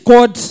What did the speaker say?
God